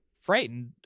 Frightened